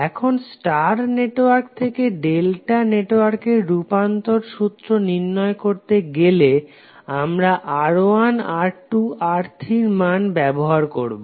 এখন star network থেকে delta নেটওয়ার্কের রূপান্তর সূত্র নির্ণয় করতে গেলে আমরা R1 R2 R3 মান ব্যবহার করবো